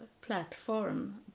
platform